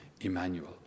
Emmanuel